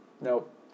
Nope